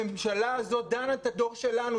הממשלה הזאת דנה את הדור שלנו,